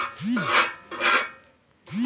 उर्वरक कितने प्रकार के होते हैं?